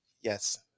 Yes